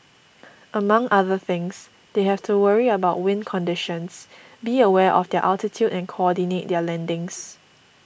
among other things they have to worry about wind conditions be aware of their altitude and coordinate their landings